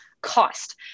cost